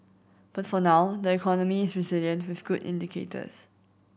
but for now the economy is resilient with good indicators